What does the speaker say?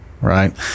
right